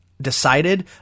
decided